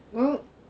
what